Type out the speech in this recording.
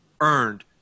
earned